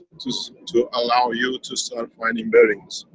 to so to allow you to start finding bearings.